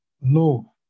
No